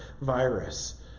virus